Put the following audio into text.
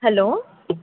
hello